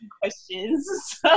questions